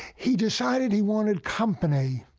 he decided he wanted company.